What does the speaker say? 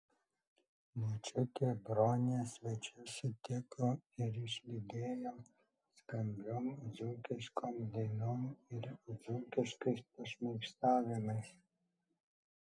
močiutė bronė svečius sutiko ir išlydėjo skambiom dzūkiškom dainom ir dzūkiškais pašmaikštavimais